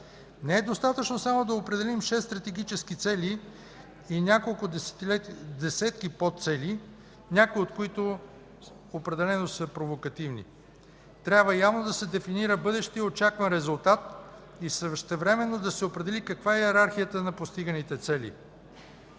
Не е достатъчно само да определим шест стратегически цели и няколко десетки подцели, някои от които определено са провокативни. Трябва явно да се дефинира бъдещият очакван резултат и същевременно да се определи каква е йерархията на постиганите цели.